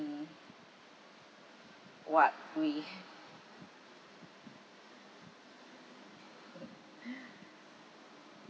what we